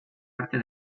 arte